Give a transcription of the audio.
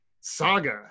saga